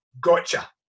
gotcha